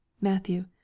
Matthew